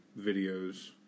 videos